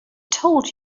told